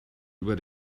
über